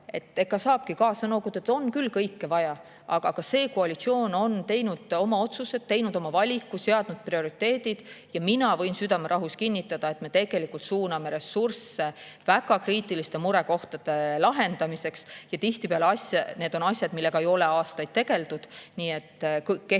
Ega saabki kaasa noogutada, on küll kõike vaja. Aga see koalitsioon on teinud oma otsused, teinud oma valiku, seadnud prioriteedid ja mina võin südamerahus kinnitada, et me suuname ressursse väga kriitiliste murekohtade lahendamisse ja tihtipeale on need asjad, millega ei ole aastaid tegeldud – nii et kehtib